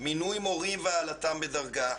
מינוי מורים והעלאתם בדרגה,